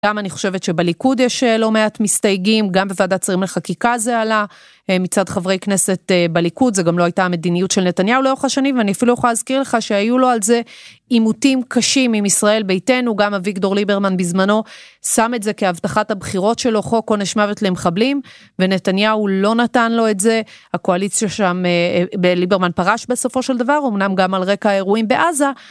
גם אני חושבת שבליכוד יש לא מעט מסתייגים, גם בוועדת שרים לחקיקה זה עלה מצד חברי כנסת בליכוד, זה גם לא הייתה המדיניות של נתניהו לאורך השנים ואני אפילו יכולה להזכיר לך שהיו לו על זה עימותים קשים עם ישראל ביתנו, גם אביגדור ליברמן בזמנו שם את זה כהבטחת הבחירות שלו, חוק עונש מוות למחבלים, ונתניהו לא נתן לו את זה, הקואליציה שם ליברמן פרש בסופו של דבר, אמנם גם על רקע האירועים בעזה,